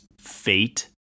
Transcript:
fate